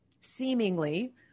seemingly